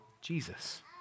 Jesus